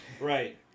right